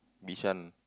Bishan